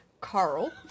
Carl